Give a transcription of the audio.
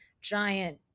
giant